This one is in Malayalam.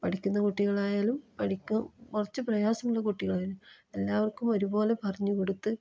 പഠിക്കുന്ന കുട്ടികളായാലും പഠിക്കാൻ കുറച്ച് പ്രയാസമുള്ള കുട്ടികളായാലും എല്ലാവർക്കും ഒരുപോലെ പറഞ്ഞ് കൊടുത്ത്